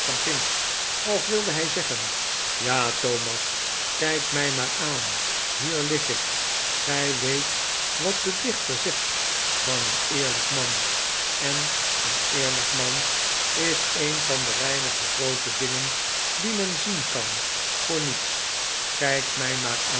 als wilde hij zeggen ja thomas kijk mij maar aan hier lig ikl gij weet wat de dichter zegt van een eerlijk man en een eerlijk man is een van de weinige groote dingen die men zien kan voor niets kijk mij maar